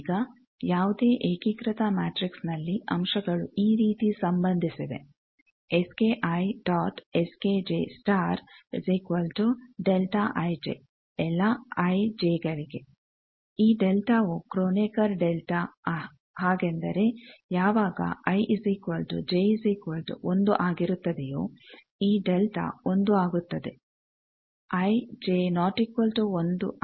ಈಗ ಯಾವುದೇ ಏಕೀಕೃತ ಮ್ಯಾಟಿಕ್ಸ್ನಲ್ಲಿ ಅಂಶಗಳು ಈ ರೀತಿ ಸಂಬಂದಿಸಿವೆ ಎಲ್ಲಾ ಐ ಜೆಗಳಿಗೆ ಈ ಡೆಲ್ಟಾವು ಕ್ರೋನೆಕರ್ ಡೆಲ್ಟಾ ಹಾಗೆಂದರೆ ಯಾವಾಗ ಆಗಿರುತ್ತದೆಯೋ ಈ ಡೆಲ್ಟಾ ಒಂದು ಆಗುತ್ತದೆ